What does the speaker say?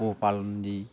পোহ পাল দি